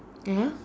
ya